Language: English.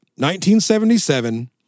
1977